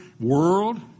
world